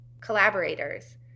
collaborators